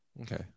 Okay